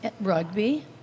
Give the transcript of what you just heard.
Rugby